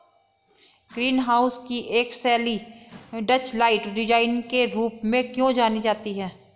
Green house की एक शैली डचलाइट डिजाइन के रूप में क्यों जानी जाती है?